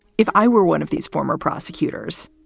if i were one of these former prosecutors,